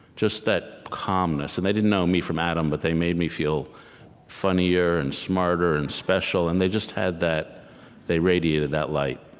just that calmness. and they didn't know me from adam, but they made me feel funnier and smarter and special, and they just had that they radiated that light.